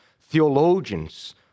theologians